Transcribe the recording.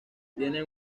tienen